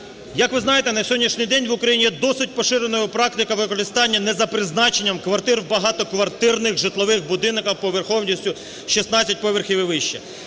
як ви знаєте, на сьогоднішній день в Україні є досить поширеною практика використання не за призначенням квартир у багатоквартирних житлових будинках поверховістю 16 поверхів і вище.